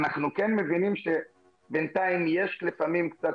אנחנו כן מבינים שבינתיים לפעמים יש קצת